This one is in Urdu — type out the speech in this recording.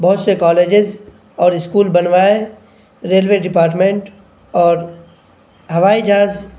بہت سے کالجز اور اسکول بنوائے ریلوے ڈیپارٹمنٹ اور ہوائی جہاز